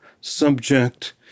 subject